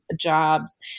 jobs